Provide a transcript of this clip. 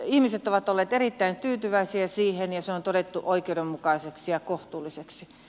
ihmiset ovat olleet erittäin tyytyväisiä siihen ja se on todettu oikeudenmukaiseksi ja kohtuulliseksi